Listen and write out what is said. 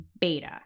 beta